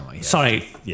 Sorry